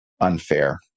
unfair